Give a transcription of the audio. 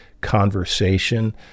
conversation